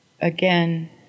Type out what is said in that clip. again